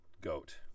goat